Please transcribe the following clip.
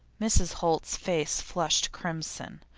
mrs. holt's face flushed crimson.